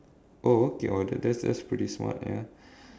oh okay oh that that that's pretty smart ya